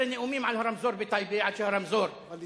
12 נאומים על הרמזור בטייבה, עד שהרמזור בוצע.